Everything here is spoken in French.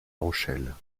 rochelle